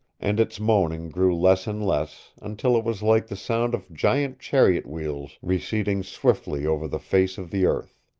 and its moaning grew less and less, until it was like the sound of giant chariot wheels receding swiftly over the face of the earth.